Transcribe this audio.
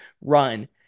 Run